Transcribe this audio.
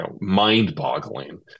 mind-boggling